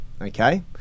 Okay